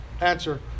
answer